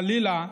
חלילה,